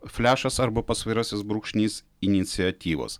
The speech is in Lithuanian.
flešas arba pasvirasis brūkšnys iniciatyvos